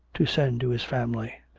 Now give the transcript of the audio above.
to send to his family.